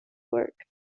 work